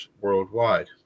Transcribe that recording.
worldwide